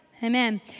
Amen